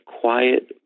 quiet